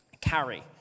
carry